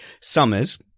summer's